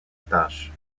tâche